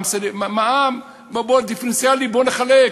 מע"מ דיפרנציאלי, בואו נחלק,